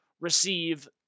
receive